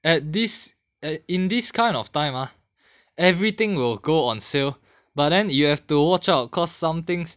at this a~ in this kind of time ah everything will go on sale but then you have to watch out because some things